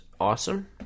awesome